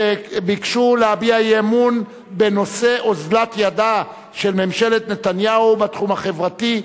שביקשו להביע אי-אמון בנושא אוזלת ידה של ממשלת נתניהו בתחום החברתי,